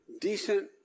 decent